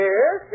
Yes